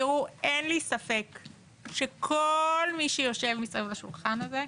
תראו, אין לי ספק שכל מי שיושב מסביב לשולחן הזה,